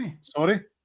Sorry